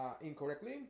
incorrectly